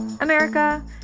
America